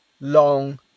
long